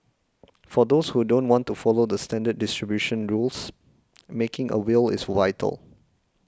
for those who don't want to follow the standard distribution rules making a will is vital